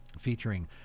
featuring